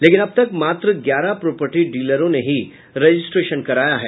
लेकिन अब तक मात्र ग्यारह प्रोपर्टी डीलरों ने ही रजिस्ट्रेशन कराया है